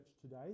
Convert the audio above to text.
today